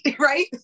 Right